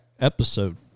Episode